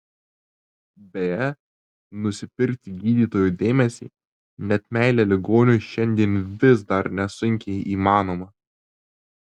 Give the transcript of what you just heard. beje nusipirkti gydytojo dėmesį net meilę ligoniui šiandien vis dar nesunkiai įmanoma